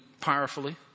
powerfully